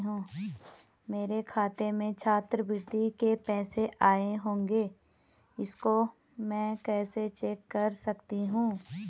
मेरे खाते में छात्रवृत्ति के पैसे आए होंगे इसको मैं कैसे चेक कर सकती हूँ?